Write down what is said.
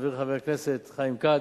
לחברי חבר הכנסת חיים כץ,